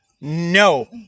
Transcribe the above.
No